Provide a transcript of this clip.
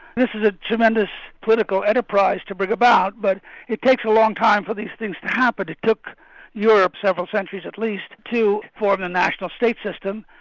this is a tremendous political enterprise to bring about but it takes a long time for these things to happen. it took europe several centuries at least to form a national state system,